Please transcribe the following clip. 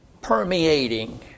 Permeating